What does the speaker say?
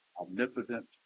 omnipotent